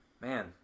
man